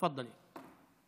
תפדלי.